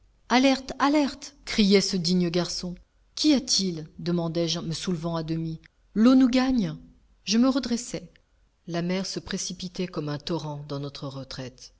alerte alerte criait ce digne garçon qu'y a-t-il demandai-je me soulevant à demi l'eau nous gagne je me redressai la mer se précipitait comme un torrent dans notre retraite